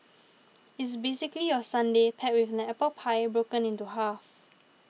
it's basically your sundae paired with an apple pie broken into half